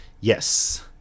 Yes